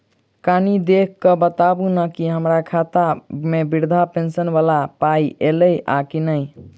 कनि देख कऽ बताऊ न की हम्मर खाता मे वृद्धा पेंशन वला पाई ऐलई आ की नहि?